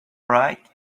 right